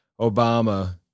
Obama